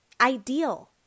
Ideal